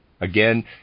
Again